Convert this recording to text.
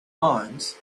limes